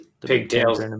Pigtails